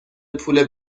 پول